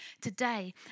today